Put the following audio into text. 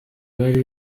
bari